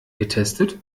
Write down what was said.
getestet